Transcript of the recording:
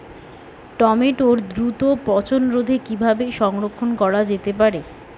টমেটোর দ্রুত পচনরোধে কিভাবে সংরক্ষণ করা যেতে পারে?